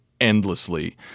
endlessly